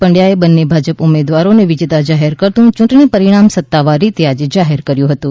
પંડ્યાએ બંને ભાજપ ઉમેદવારોને વિજેતા જાહેર કરતું યૂંટણી પરિણામ સત્તાવાર રીતે આજે જાહેર કર્યું હતું